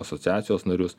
asociacijos narius